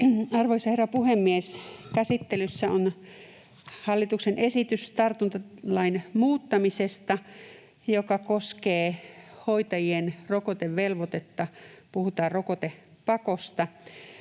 Arvoisa herra puhemies! Käsittelyssä on hallituksen esitys tartuntalain muuttamisesta, joka koskee hoitajien rokotevelvoitetta, puhutaan rokotepakosta,